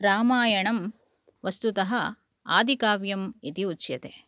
रामायणं वस्तुतः आदिकाव्यम् इति उच्यते